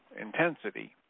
intensity